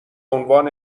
عنوان